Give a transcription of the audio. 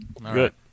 Good